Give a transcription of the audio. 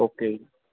okay